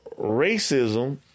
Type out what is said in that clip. racism